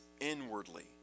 inwardly